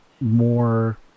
more